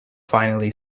finally